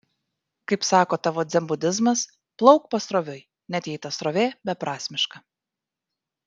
kaip sako tavo dzenbudizmas plauk pasroviui net jei ta srovė beprasmiška